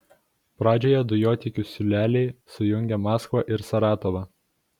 pradžioje dujotiekių siūleliai sujungia maskvą ir saratovą